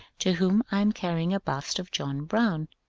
to whom i am carrying a bust of john brown.